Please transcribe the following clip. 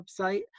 website